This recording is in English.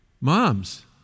Moms